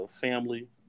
family